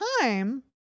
time